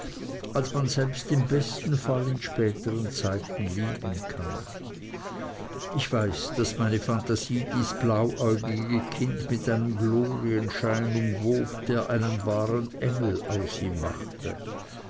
als man selbst im besten falle in späteren zeiten lieben kann ich weiß daß meine phantasie dieses blauäugige kind mit einem glorienschein umwob der einen wahren engel aus ihm machte